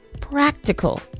practical